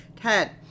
ted